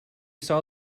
saw